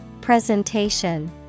Presentation